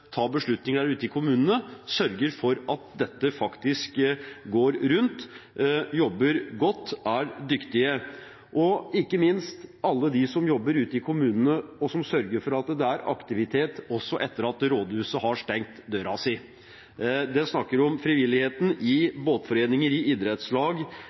ta beslutninger ute i kommunene og sørge for at dette faktisk går rundt, som jobber godt og er dyktige, og ikke minst til alle de som jobber ute i kommunene og sørger for at det er aktivitet også etter at rådhuset har stengt døra. Jeg snakker om frivilligheten i båtforeninger, i idrettslag,